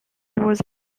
was